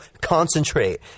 concentrate